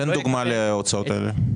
תן דוגמה להוצאות האלה.